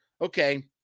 Okay